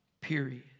period